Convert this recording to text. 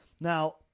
Now